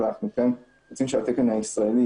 ואנחנו כן רוצים שהתקן הישראלי